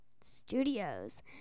Studios